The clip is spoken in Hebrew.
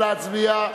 נא להצביע.